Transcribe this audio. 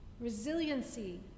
Resiliency